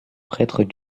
prêtre